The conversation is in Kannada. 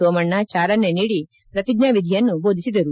ಸೋಮಣ್ಣ ಚಾಲನೆ ನೀಡಿ ಪ್ರತಿಜ್ಞಾ ವಿಧಿಯನ್ನು ಬೋಧಿಸಿದರು